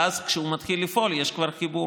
ואז כשהוא מתחיל לפעול כבר יש חיבור